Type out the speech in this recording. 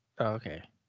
Okay